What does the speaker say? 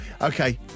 okay